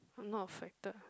I'm not affected